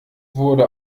wurde